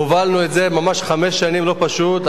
הובלנו את זה ממש חמש שנים, לא פשוט.